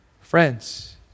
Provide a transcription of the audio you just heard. Friends